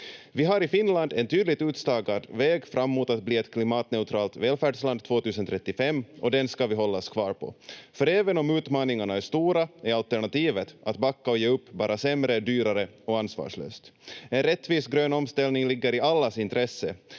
Vi har i Finland en tydligt utstakad väg fram mot att bli ett klimatneutralt välfärdsland 2035 och den ska vi hållas kvar på, för även om utmaningarna är stora är alternativet, att backa och ge upp, bara sämre, dyrare och ansvarslöst. En rättvis grön omställning ligger i allas intresse.